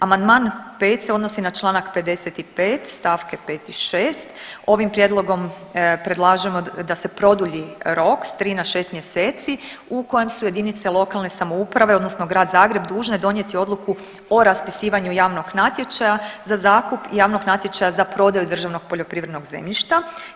Amandman 5. se odnosi na članak 55. stavke 5. i 6. Ovim prijedlogom predlažemo da se produlji rok sa tri na šest mjeseci u kojem su jedinice lokalne samouprave, odnosno grad Zagreb dužne donijeti odluku o raspisivanju javnog natječaja za zakup i javnog natječaja za prodaju državnog poljoprivrednog zemljišta.